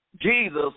Jesus